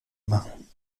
machen